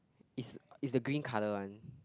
is is a green colour one